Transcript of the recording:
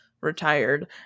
retired